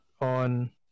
on